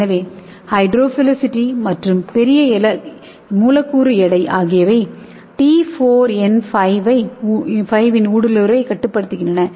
எனவே ஹைட்ரோஃபிலிசிட்டி மற்றும் பெரிய மூலக்கூறு எடை ஆகியவை T4N5 இன் ஊடுருவலைக் கட்டுப்படுத்துகின்றன